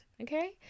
Okay